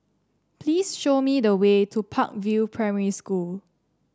please show me the way to Park View Primary School